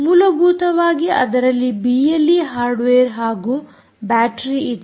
ಮೂಲಭೂತವಾಗಿ ಅದರಲ್ಲಿ BLE hardware ಹಾಗೂ ಬ್ಯಾಟರೀ ಇದೆ